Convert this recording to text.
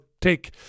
take